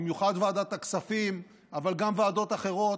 במיוחד של ועדת הכספים אבל גם של ועדות אחרות,